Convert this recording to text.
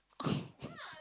oh